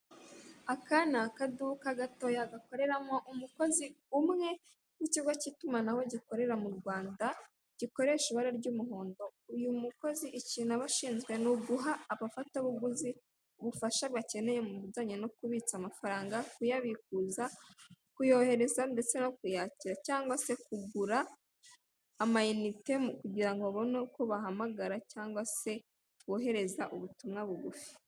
Aka ni akaduka gatoya gakorerwamo umukozi umwe w'ikigo cy'itumanaho gikorera m'U Rwanda gikoresha ibara ry'umuhondo, uyu mukozi ikintu aba ashinzwe ni uguha ubafatabuguzi ubufasha bakeneye mubijyanye no kubitsa amafaranga, kuyabikuza, kuyohereza, ndetse no kuyakira cyangwa se kugura amayinite mukugirango babone uko bahamagara cyangwa se bohereza ubutumwa bugufi.